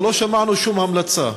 אבל לא שמענו שום המלצה.